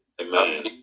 Amen